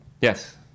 Yes